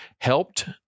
helped